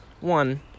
One